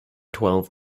twelve